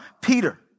Peter